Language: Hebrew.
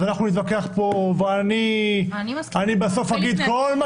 אז אנחנו נתווכח פה ואני בסוף אגיד: כל מה